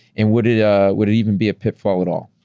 and would it ah would it even be a pitfall at all?